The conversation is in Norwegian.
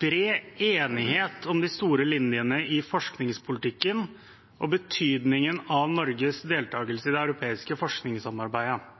bred enighet om de store linjene i forskningspolitikken og betydningen av Norges deltakelse i det europeiske forskningssamarbeidet.